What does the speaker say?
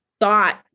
thought